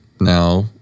now